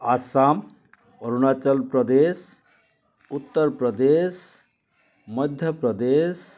Assam Arunachal Pradesh Uttar Pradesh Madhya Pradesh